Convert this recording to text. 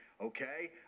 okay